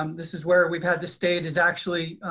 um this is where we had the state is actually